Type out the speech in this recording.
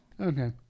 Okay